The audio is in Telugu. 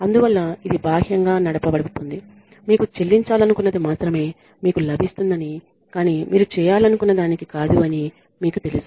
అందువల్ల ఇది బాహ్యంగా నడపబడుతోంది మీకు చెల్లించాలనుకున్నది మాత్రమే మీకు లభిస్తుందని కానీ మీరు చేయాలనుకున్న దానికి కాదు అని మీకు తెలుసు